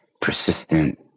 persistent